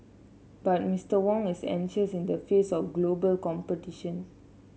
but Mister Wong is anxious in the face of global competition